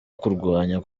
kurwanya